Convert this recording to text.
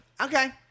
okay